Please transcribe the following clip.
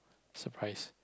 surprise